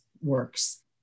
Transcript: works